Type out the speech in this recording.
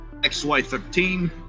XY13